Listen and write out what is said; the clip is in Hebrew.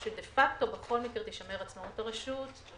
ושדה פקטו בכל מקרה תישמר עצמאות הרשות.